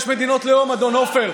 יש מדינות לאום, אדון עופר.